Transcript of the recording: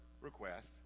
request